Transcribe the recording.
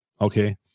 okay